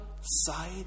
side